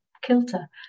kilter